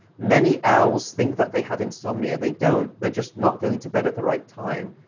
many owls think that they have insomnia. they don't. they're just not going to bed at the right time.